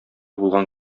булган